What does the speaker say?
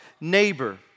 neighbor